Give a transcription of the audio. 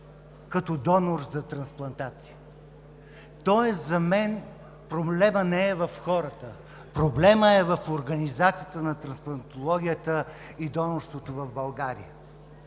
като донор за трансплантация, тоест за мен проблемът не е в хората, проблемът е в организацията на трансплантологията и донорството в България.